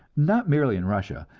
not merely in russia,